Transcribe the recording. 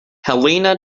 helena